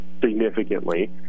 significantly